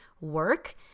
work